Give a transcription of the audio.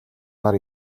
нар